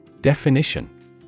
definition